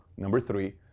number three,